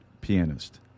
pianist